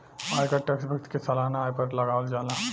आयकर टैक्स व्यक्ति के सालाना आय पर लागावल जाला